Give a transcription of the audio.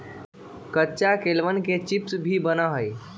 कच्चा केलवन के चिप्स भी बना हई